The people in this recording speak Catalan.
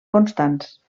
constants